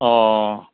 অ'